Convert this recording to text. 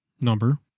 number